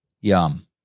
yum